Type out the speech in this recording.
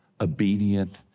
obedient